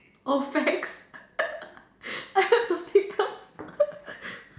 oh fangs I heard the